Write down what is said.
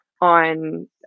on